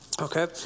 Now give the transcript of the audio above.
Okay